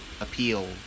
appeal